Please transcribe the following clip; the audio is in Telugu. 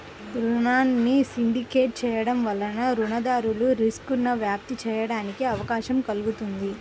రుణాన్ని సిండికేట్ చేయడం వలన రుణదాతలు రిస్క్ను వ్యాప్తి చేయడానికి అవకాశం కల్గుతుంది